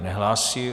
Nehlásí.